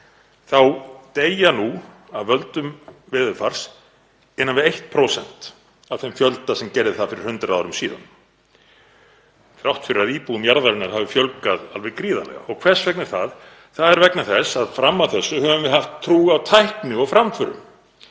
þá deyja nú af völdum veðurfars innan við 1% af þeim fjölda sem gerði það fyrir 100 árum síðan, þrátt fyrir að íbúum jarðarinnar hafi fjölgað alveg gríðarlega. Og hvers vegna er það? Það er vegna þess að fram að þessu höfum við haft trú á tækni og framförum